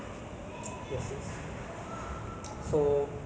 becu~ because due to the COVID nineteen situation I think